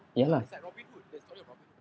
ya lah